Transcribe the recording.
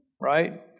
right